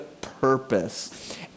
purpose